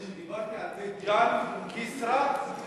כשדיברתי על בית-ג'ן וכסרא-סמיע,